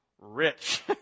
Rich